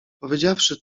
powiedziawszy